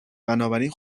بنابراین